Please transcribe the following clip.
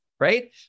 right